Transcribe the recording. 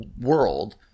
world